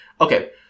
Okay